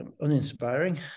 uninspiring